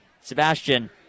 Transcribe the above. Sebastian